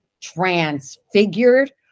transfigured